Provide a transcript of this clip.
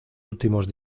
últimos